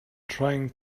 trying